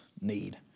need